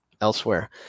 elsewhere